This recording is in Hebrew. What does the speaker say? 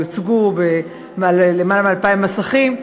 יוצגו על למעלה מ-2,000 מסכים.